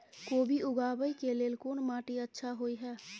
कोबी उगाबै के लेल कोन माटी अच्छा होय है?